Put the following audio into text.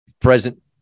present